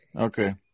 Okay